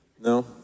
No